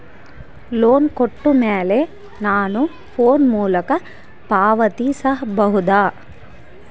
Loan ಕೊಟ್ಟ ಮೇಲೆ ನಾನು ಫೋನ್ ಮೂಲಕ ಪಾವತಿಸಬಹುದಾ?